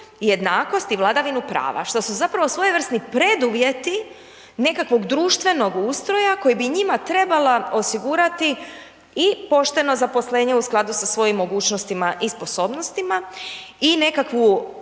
jednakost i vladavinu prava, što su zapravo svojevrsni preduvjeti, nekakvog društvenog ustroja, koje bi njima trebala osigurati i pošteno zaposlenje u skladu sa svojim mogućnostima i sposobnostima i nekakvu